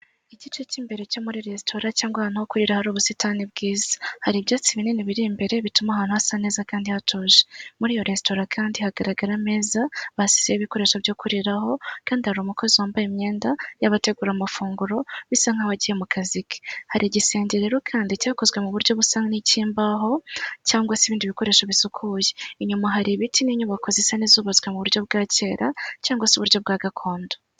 Igice cy'imbere cyo muri resitora cyangwa ahantu ho kurira hari ubusitani bwiza hari ibyatsi binini biri imbere bituma ahantu hasa neza kandi hatuje, muri iyo resitora kandi hagaragara ameza basizeho ibikoresho byo kuriraho kandi hari umukozi wambaye imyenda y'abategura amafunguro bisa nk'abagiye mu kazi ke, hari igisenge rero kandi cyakozwe mu buryo busa n'icy'imbaho cyangwa se ibindi bikoresho bisukuye inyuma hari ibiti n'inyubako zisa n'izubatswe mu buryo bwa kera cyangwa se uburyo bwa gakondo.